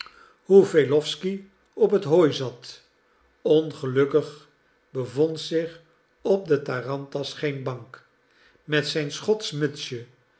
hoe wesslowsky op het hooi zat ongelukkig bevond zich op de tarantas geen bank met zijn schotsch mutsje